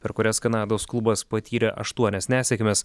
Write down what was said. per kurias kanados klubas patyrė aštuonias nesėkmes